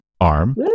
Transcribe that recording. arm